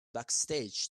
backstage